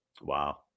Wow